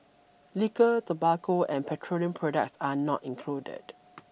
liquor tobacco and petroleum products are not included